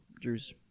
Drew's